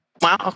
Wow